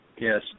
yes